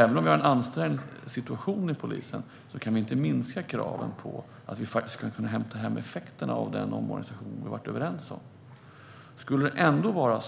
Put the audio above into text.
Även om vi har en ansträngd situation inom polisen kan vi inte minska kraven på att vi ska kunna hämta hem effekterna av den omorganisation som vi har varit överens om. Skulle det ändå